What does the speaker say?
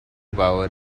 power